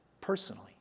personally